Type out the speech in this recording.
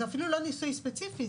זה אפילו לא ניסוי ספציפי,